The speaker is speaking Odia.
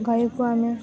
ଗାଇକୁ ଆମେ